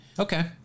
Okay